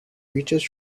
reaches